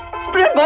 spread